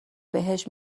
بهشت